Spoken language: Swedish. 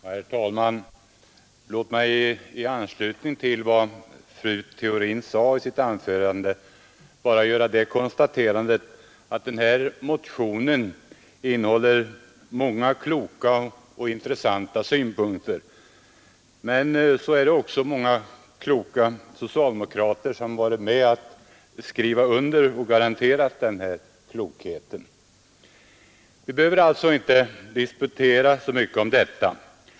Herr talman! Låt mig i anslutning till vad fru Theorin sade i sitt anförande bara konstatera att motionen innehåller många kloka och intressanta synpunkter. Men så är det också många kloka socialdemokrater som har skrivit under den och garanterat klokheten. Om motionens syften behöver vi alltså inte diskutera.